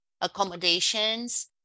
accommodations